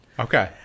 Okay